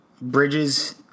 Bridges